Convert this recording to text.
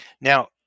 now